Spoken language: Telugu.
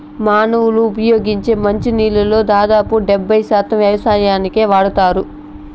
మానవులు ఉపయోగించే మంచి నీళ్ళల్లో దాదాపు డెబ్బై శాతం వ్యవసాయానికే వాడతారు